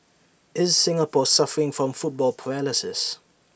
is Singapore suffering from football paralysis